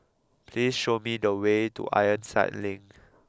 please show me the way to Ironside Link